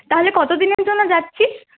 তাহলে কতদিনের জন্য যাচ্ছি